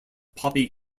poppy